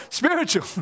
spiritual